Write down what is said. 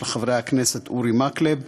של חברי הכנסת אורי מקלב,